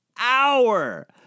hour